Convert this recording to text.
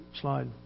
slide